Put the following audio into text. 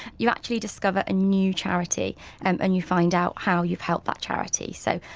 you actually discover a new charity and and you find out how you've helped that charity. so,